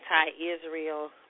anti-Israel